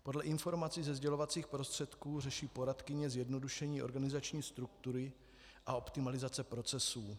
Podle informací ze sdělovacích prostředků řeší poradkyně zjednodušení organizační struktury a optimalizace procesů.